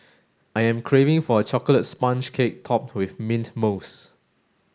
I am craving for a chocolate sponge cake topped with mint mousse